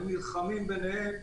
הם נלחמים ביניהם,